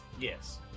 yes